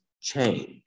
change